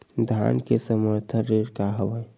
धान के समर्थन रेट का हवाय?